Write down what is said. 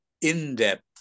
in-depth